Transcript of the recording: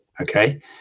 okay